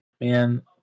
Man